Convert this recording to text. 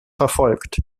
verfolgt